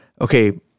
okay